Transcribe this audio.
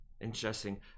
Interesting